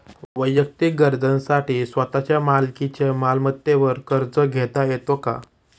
वैयक्तिक गरजांसाठी स्वतःच्या मालकीच्या मालमत्तेवर कर्ज घेता येतो का?